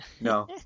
No